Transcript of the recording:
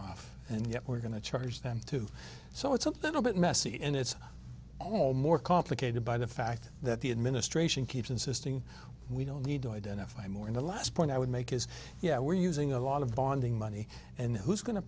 off and yet we're going to charge them too so it's something a bit messy and it's all more complicated by the fact that the administration keeps insisting we don't need to identify more in the last point i would make is yeah we're using a lot of bonding money and who's go